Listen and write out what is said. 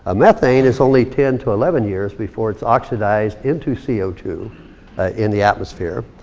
ah methane is only ten to eleven years before its oxidized into c o two in the atmosphere.